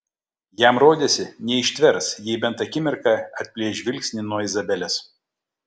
jam rodėsi neištvers jei bent akimirką atplėš žvilgsnį nuo izabelės